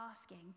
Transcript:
asking